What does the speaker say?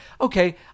Okay